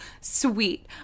sweet